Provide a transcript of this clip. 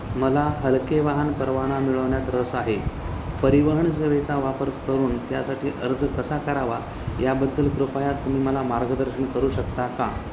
मला हलके वाहन परवाना मिळवण्यात रस आहे परिवहन सेवेचा वापर करून त्यासाठी अर्ज कसा करावा याबद्दल कृपया तुम्ही मला मार्गदर्शन करू शकता का